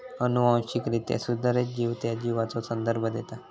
अनुवांशिकरित्या सुधारित जीव त्या जीवाचो संदर्भ देता